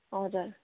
हजुर